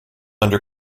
under